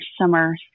summer